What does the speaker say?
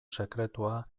sekretua